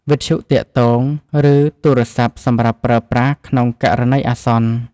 វិទ្យុទាក់ទង ឬទូរស័ព្ទសម្រាប់ប្រើប្រាស់ក្នុងករណីអាសន្ន។